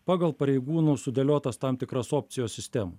pagal pareigūnų sudėliotos tam tikros opcijos sistemą